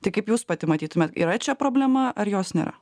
tai kaip jūs pati matytumėte yra čia problema ar jos nėra